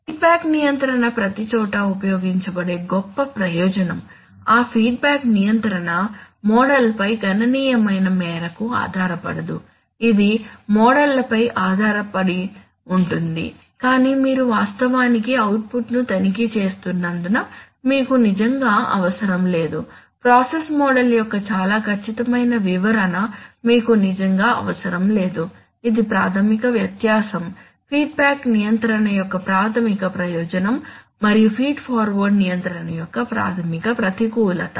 feedback నియంత్రణ ప్రతిచోటా ఉపయోగించబడే గొప్ప ప్రయోజనం ఆ ఫీడ్బ్యాక్ నియంత్రణ మోడల్పై గణనీయమైన మేరకు ఆధారపడదు ఇది మోడళ్లపై ఆధారపడి ఉంటుంది కానీ మీరు వాస్తవానికి అవుట్పుట్ను తనిఖీ చేస్తున్నందున మీకు నిజంగా అవసరం లేదు ప్రాసెస్ మోడల్ యొక్క చాలా ఖచ్చితమైన వివరణ మీకు నిజంగా అవసరం లేదు ఇది ప్రాథమిక వ్యత్యాసం ఫీడ్బ్యాక్ నియంత్రణ యొక్క ప్రాథమిక ప్రయోజనం మరియు ఫీడ్ఫార్వర్డ్ నియంత్రణ యొక్క ప్రాథమిక ప్రతికూలత